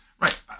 right